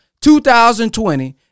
2020